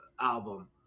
album